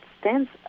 stands